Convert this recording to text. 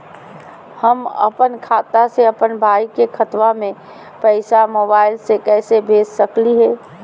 हम अपन खाता से अपन भाई के खतवा में पैसा मोबाईल से कैसे भेज सकली हई?